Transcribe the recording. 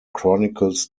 chronicles